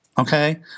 Okay